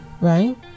right